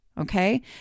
Okay